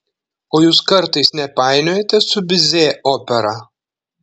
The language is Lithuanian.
o jūs kartais nepainiojate su bizė opera